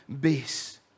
base